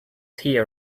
tea